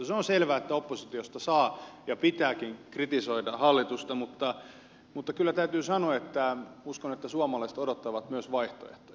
se on selvää että oppositiosta saa ja pitääkin kritisoida hallitusta mutta kyllä täytyy sanoa että uskon että suomalaiset odottavat myös vaihtoehtoja